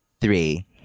three